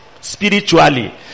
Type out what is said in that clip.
spiritually